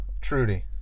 Trudy